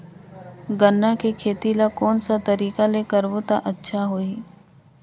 गन्ना के खेती ला कोन सा तरीका ले करबो त अच्छा होही?